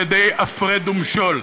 על-ידי הפרד ומשול.